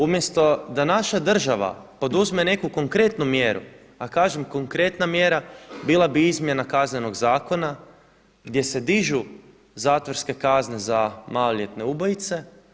Umjesto da naša država poduzme neku konkretnu mjeru, a kažem konkretna mjera bila bi izmjena Kaznenog zakona gdje se dižu zatvorske kazne za maloljetne ubojice.